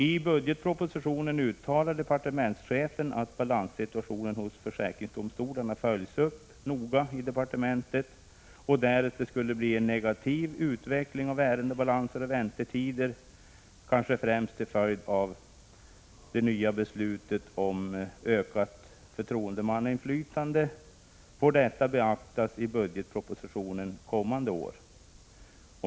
I budgetpropositionen uttalade departementschefen att balanssituationen hos försäkringsdomstolarna följs upp noga i departementet och att, därest det skulle bli en negativ utveckling av ärendebalanserna och väntetiderna, kanske främst till följd av det nya beslutet om ökat förtroendemannainflytande, detta får beaktas i budgetpropositionen kommande år.